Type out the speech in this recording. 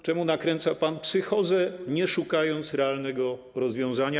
Czemu nakręca pan psychozę, nie szukając realnego rozwiązania?